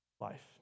Life